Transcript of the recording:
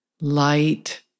light